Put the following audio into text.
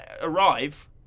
arrive